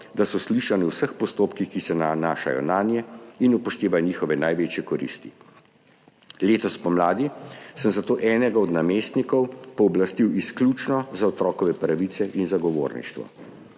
da so slišani v vseh postopkih, ki se nanašajo nanje in upoštevajo njihove največje koristi. Letos spomladi sem zato enega od namestnikov pooblastil izključno za otrokove pravice in zagovorništvo.